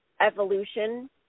evolution